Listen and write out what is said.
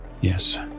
yes